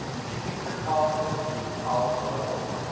she picked a part of the truth out of the whole,